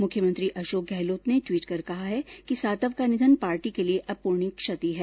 मुख्यमंत्री अशोक गहलोत ने टवीट कर कहा है कि सातव का निधन पार्टी के लिए अप्रणीय क्षति है